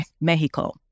Mexico